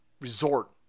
resort